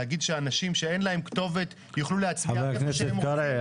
להגיד שאנשים שאין להם כתובת יוכלו להצביע כמה שאין רוצים,